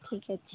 ଠିକ୍ ଅଛି